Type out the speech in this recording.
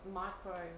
micro